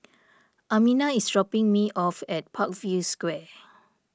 Amina is dropping me off at Parkview Square